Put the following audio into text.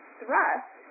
thrust